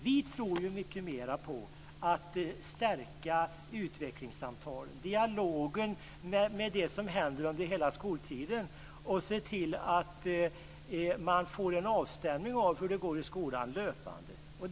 Vi tror mycket mera på att stärka utvecklingssamtalen, stärka dialogen om vad som händer under hela skoltiden. Man måste se till att få en löpande avstämning av hur det går för eleven i skolan.